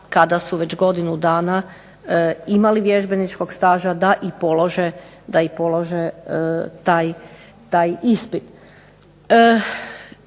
kada su već godinu dana imali vježbeničkog staža da i polože taj ispit.